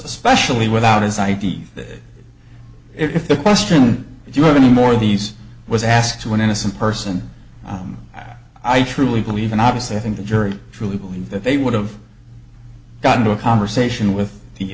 especially without his i d that if the question if you have any more of these was asked to an innocent person that i truly believe and obviously i think the jury truly believe that they would have got into a conversation with the